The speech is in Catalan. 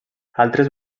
altres